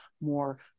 more